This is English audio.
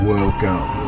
Welcome